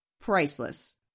Priceless